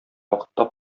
вакытта